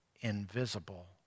invisible